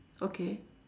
okay